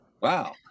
Wow